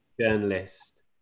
journalist